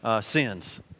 sins